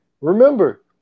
remember